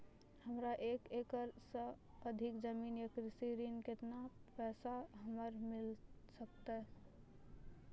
हमरा एक एकरऽ सऽ अधिक जमीन या कृषि ऋण केतना पैसा हमरा मिल सकत?